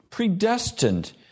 Predestined